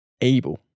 able